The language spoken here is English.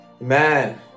man